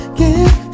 give